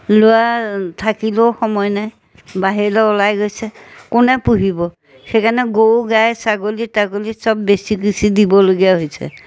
ল'ৰা থাকিলেও সময় নাই বাহিৰলৈ উলাই গৈছে কোনে পুহিব সেইকাৰণে গৰু গাই ছাগলী তাগলী চব বেছি খুচি দিবলগীয়া হৈছে